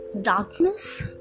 darkness